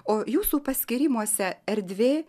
o jūsų paskyrimuose erdvė